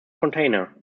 container